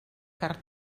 carn